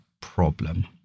problem